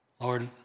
Lord